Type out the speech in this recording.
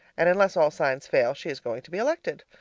and unless all signs fail, she is going to be elected.